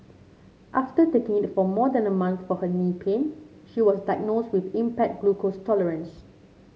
after taking it for more than a month for her knee pain she was diagnosed with impaired glucose tolerance